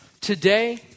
Today